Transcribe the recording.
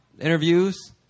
interviews